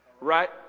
right